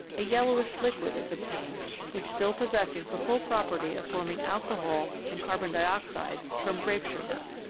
a yellowish liquid is obtained which still possesses the full property of forming alcohol and carbon dioxide from grape sugar.